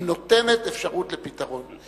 היא נותנת אפשרות לפתרון.